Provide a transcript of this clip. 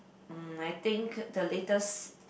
mm I think the latest